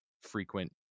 frequent